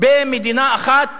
במדינה אחת